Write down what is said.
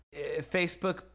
Facebook